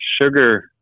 sugar